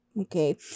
Okay